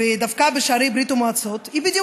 ודפקה בשערי ברית המועצות היא בדיוק